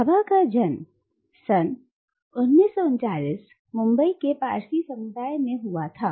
भाभा का जन्म 1949 मुंबई के पारसी समुदाय में हुआ था